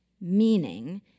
meaning